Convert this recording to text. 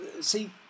see